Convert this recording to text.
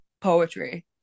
poetry